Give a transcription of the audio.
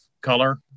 color